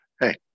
Hey